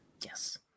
Yes